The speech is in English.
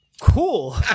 cool